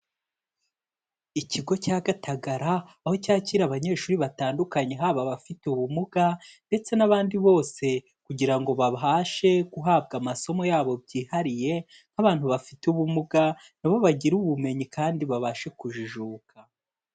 Ikigo cya Gatagara aho cyakira abanyeshuri batandukanye haba abafite ubumuga ndetse n'abandi bose, kugira ngo babashe guhabwa amasomo yabo byihariye nk'abantu bafite ubumuga na bo bagire ubumenyi kandi babashe kujijuka.